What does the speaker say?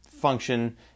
function